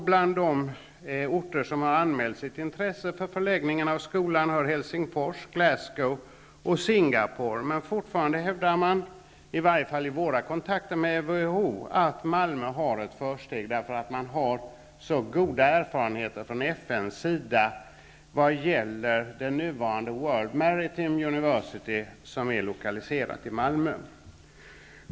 Bland de orter som har anmält sitt intresse för förläggningen av skolan är Helsingfors, Glasgow och Singapore. Fortfarande hävdar man dock, i varje fall i våra kontakter med WHO, att Malmö har ett försteg. Man har så goda erfarenheter från FN:s sida av det nuvarande World Maritime University, som är lokaliserat till Malmö.